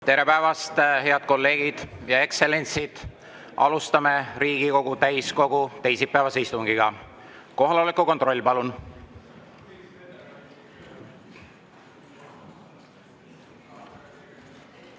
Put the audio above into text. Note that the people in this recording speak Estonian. Tere päevast, head kolleegid ja ekstsellentsid! Alustame Riigikogu täiskogu teisipäevast istungit. Kohaloleku kontroll, palun!